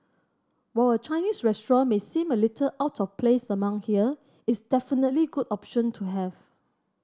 while a Chinese restaurant may seem a little out of place among here it's definitely good option to have